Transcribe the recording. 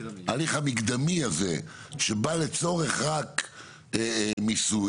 ההליך המקדמי הזה שבא לצורך רק מיסוי,